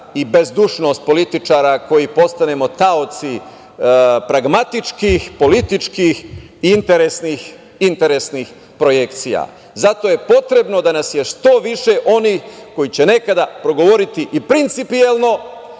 i bezdušnost političara koji postajemo taoci pragmatičkih, političkih interesnih projekcija. Zato je potrebno da je što više onih koji će nekada progovoriti i principijelno,